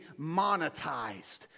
monetized